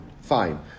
Fine